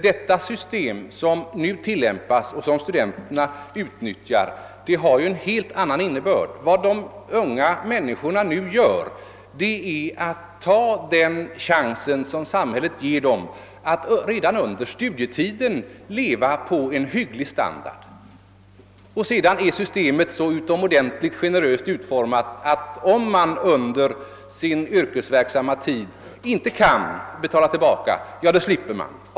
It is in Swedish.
Det system som nu tillämpas och som studenterna utnyttjar har en helt annan innebörd. Vad de unga studenterna nu gör är att de tillvaratar de chanser samhället ger dem att redan under studietiden leva på en hygglig standard. Sedan är systemet så utomordentligt generöst utformat, att om någon under sin yrkesverksamma tid inte kan betala tillbaka pengarna, så slipper han.